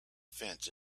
fence